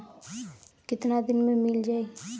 कितना दिन में मील जाई?